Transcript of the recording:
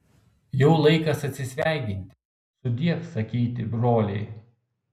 jau laikas atsisveikinti sudiev sakyti broliai